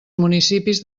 municipis